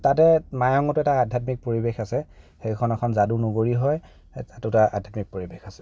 তাতে মায়ঙতো এটা আধ্যাত্মিক পৰিৱেশ আছে সেইখন এখন যাদুনগৰী হয় তাতো এটা আধ্যাত্মিক পৰিৱেশ আছে